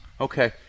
Okay